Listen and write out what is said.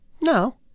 No